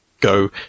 go